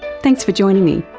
thanks for joining me